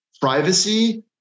privacy